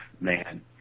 man